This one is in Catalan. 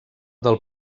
del